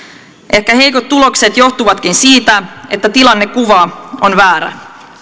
ehkä heikot tulokset johtuvatkin siitä että tilannekuva on väärä